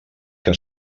que